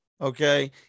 Okay